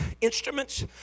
Instruments